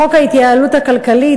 חוק ההתייעלות הכלכלית,